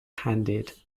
handed